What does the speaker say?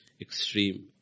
Extreme